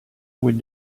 with